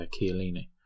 Chiellini